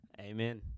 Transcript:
Amen